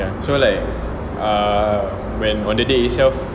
so like err when on the day itself